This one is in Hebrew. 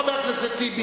חבר הכנסת טיבי,